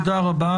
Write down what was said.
תודה רבה.